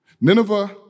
Nineveh